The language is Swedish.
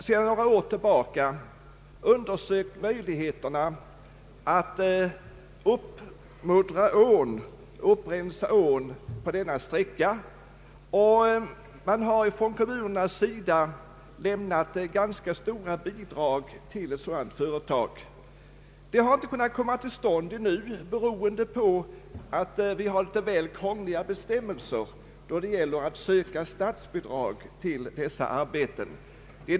Sedan några år tillbaka har man undersökt möjligheterna att muddra upp och rensa ån på denna sträcka. Från kommunernas sida har lämnats ganska stora bidrag till ett sådant företag. Uppresningen har dock ännu inte kunnat komma till stånd, beroende på att vi har litet väl krångliga bestämmelser när det gäller att söka statsbidrag till sådana arbeten.